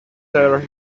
their